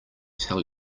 tell